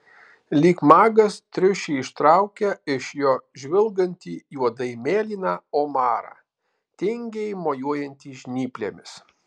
lyg magas triušį ištraukia iš jo žvilgantį juodai mėlyną omarą tingiai mojuojantį žnyplėmis